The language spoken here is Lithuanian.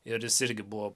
ir jis irgi buvo